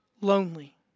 lonely